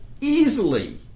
easily